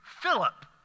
Philip